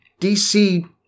DC